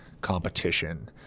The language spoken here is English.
competition